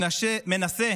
מנסה